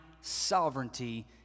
sovereignty